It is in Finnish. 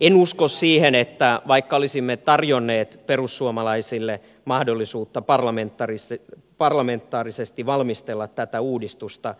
en usko siihen vaikka olisimme tarjonneet perussuomalaisille mahdollisuutta parlamentaarisesti valmistella tätä uudistusta